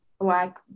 Black